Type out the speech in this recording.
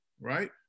right